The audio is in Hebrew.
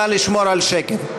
נא לשמור על שקט.